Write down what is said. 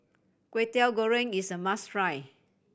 Kwetiau Goreng is a must try